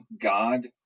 God